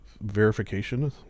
verification